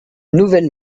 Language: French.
nouvelles